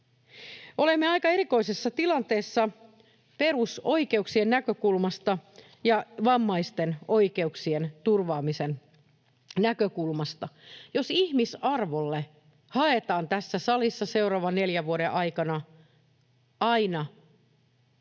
Olemme aika erikoisessa tilanteessa perusoikeuksien näkökulmasta ja vammaisten oikeuksien turvaamisen näkökulmasta, jos ihmisarvolle haetaan tässä salissa seuraavan neljän vuoden aikana aina